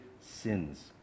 sins